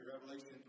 Revelation